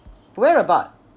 where about